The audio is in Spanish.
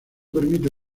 permite